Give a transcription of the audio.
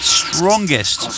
strongest